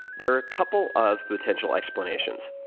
there are a couple of potential explanations.